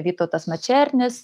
vytautas mačernis